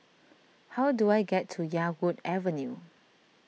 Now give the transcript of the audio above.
how do I get to Yarwood Avenue